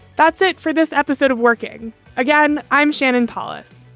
that's it for this episode of working again. i'm shannon polys.